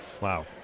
Wow